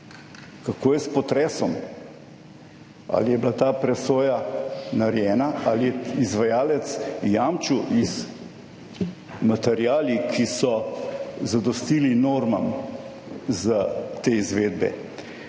Kako je s potresom? Ali je bila ta presoja narejena? Ali je izvajalec jamčil z materiali, ki so zadostili normam za te izvedbe?